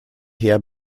her